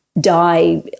Die